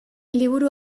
liburu